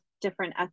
different